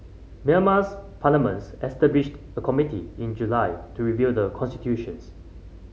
Myanmar's parliaments established a committee in July to reviewed the constitutions